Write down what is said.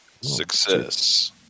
Success